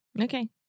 Okay